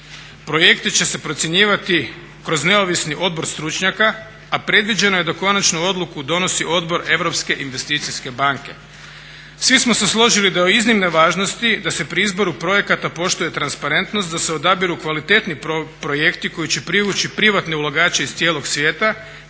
Projekti će se procjenjivati kroz neovisni odbor stručnjaka a predviđeno je da konačnu odluku donosi Odbor Europske investicijske banke. Svi smo se složili da je od iznimne važnosti da se pri izboru projekata poštuje transparentnost, da se odabiru kvalitetni projekti koji će privući privatne ulagače iz cijelog svijeta